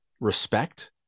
respect